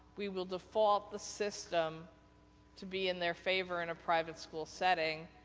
we will default the system to be in their favor in a private school setting,